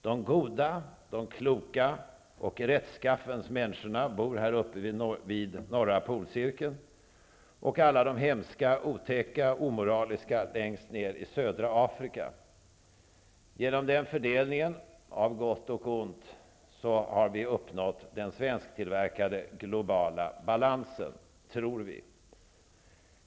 De goda, de kloka och rättskaffens människorna bor här uppe vid norra polcirkeln, och alla de hemska, otäcka och omoraliska längst ned i södra Afrika. Genom den fördelningen av gott och ont har vi uppnått den svensktillverkade globala balansen, tror vi.